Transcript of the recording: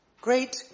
great